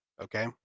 Okay